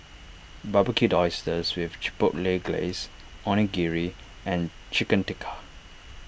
Barbecued Oysters with Chipotle Glaze Onigiri and Chicken Tikka